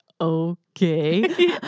Okay